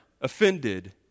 offended